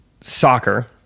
soccer